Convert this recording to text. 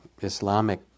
Islamic